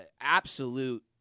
absolute